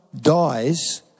dies